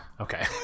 Okay